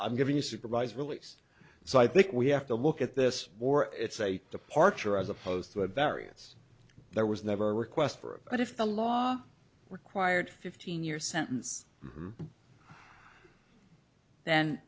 i'm giving you supervised release so i think we have to look at this or it's a departure as opposed to a variance there was never a request for a but if the law required fifteen year sentence